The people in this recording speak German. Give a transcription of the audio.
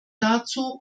dazu